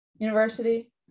University